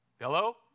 Hello